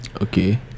Okay